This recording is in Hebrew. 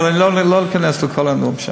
אבל לא ניכנס לכל הנאום,